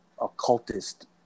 occultist